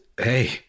hey